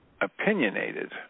opinionated